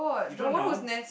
you don't know